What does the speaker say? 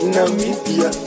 Namibia